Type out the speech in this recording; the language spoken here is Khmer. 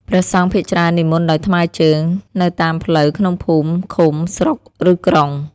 ព្រះសង្ឃភាគច្រើននិមន្តដោយថ្មើរជើង នៅតាមផ្លូវក្នុងភូមិ ឃុំ ស្រុក ឬក្រុង។